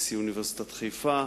נשיא אוניברסיטת חיפה,